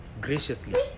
graciously